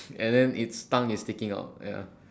and then its tongue is sticking out ya